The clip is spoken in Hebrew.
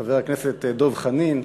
חבר הכנסת דב חנין,